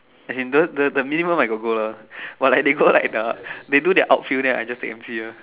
as in the minimum I got go lah but they just go outfield then I just take M_C lor